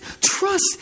trust